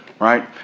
Right